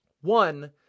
one—